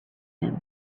him